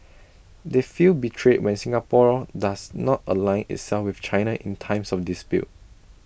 they feel betrayed when Singapore does not align itself with China in times of dispute